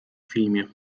filmie